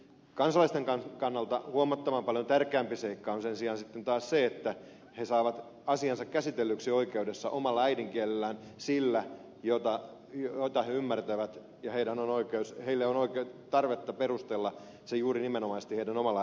kansalaisten kannalta huomattavan paljon tärkeämpi seikka on sen sijaan sitten taas se että he saavat asiansa käsitellyksi oikeudessa omalla äidinkielellään sillä jota he ymmärtävät ja heillä on tarvetta perustella se juuri nimenomaisesti heidän omalla äidinkielellään